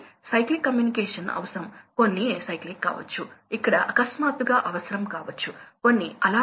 512 కు సమానం ఇది దాదాపు 18 హార్స్పవర్ కు సమానం కాబట్టి ఇది 18 అదేవిధంగా మీరు దీనిని 0